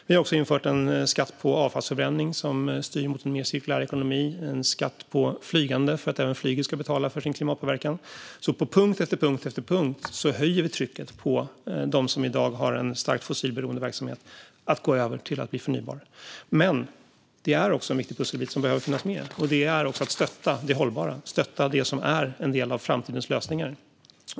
Vi har också infört en skatt på avfallsförbränning som styr mot en mer cirkulär ekonomi. Vi har infört en skatt på flygande för att även flyget ska betala för sin klimatpåverkan. På punkt efter punkt höjer vi trycket på dem som i dag har en starkt fossilberoende verksamhet att gå över till att bli förnybara. Men en viktig pusselbit som behöver finnas med är att stötta det hållbara, det som är en del av framtidens lösningar.